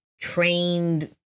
trained